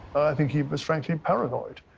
i think he was frankly paranoid.